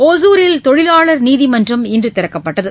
ஒசூரில் தொழிலாளர் நீதிமன்றம் இன்று திறக்கப்பட்டது